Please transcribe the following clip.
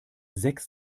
sechs